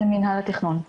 במינהל התכנון.